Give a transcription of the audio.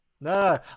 No